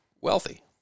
wealthy